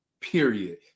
period